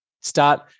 Start